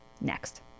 next